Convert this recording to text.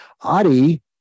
Adi